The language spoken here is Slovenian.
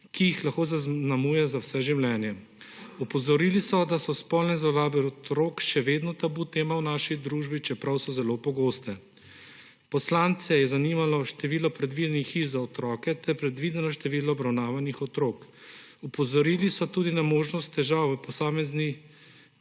ki jih lahko zaznamuje za vse življenje. Opozorili so, da so spolne zlorabe otrok še vedno tabu tema v naši družbi, čeprav so zelo pogoste. Poslance je zanimalo število predvidenih hiš za otroke ter predvideno število obravnavanih otrok. Opozorili so tudi na možnost težav v posamezni